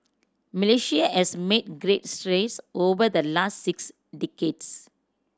Malaysia has made great strides over the last six decades